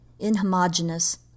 inhomogeneous